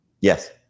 Yes